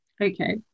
Okay